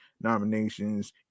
nominations